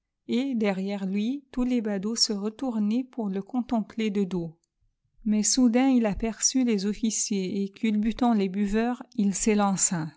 et derrière lui tous les badauds se retournaient pour le contempler de dos mais soudain il aperçut les officiers et culbutant les buveurs il s'élança